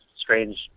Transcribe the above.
strange